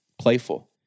playful